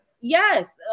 Yes